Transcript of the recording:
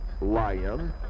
Lion